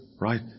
Right